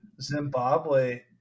Zimbabwe